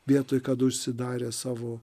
vietoj kad užsidarę savo